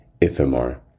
Ithamar